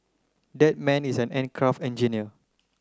that man is an aircraft engineer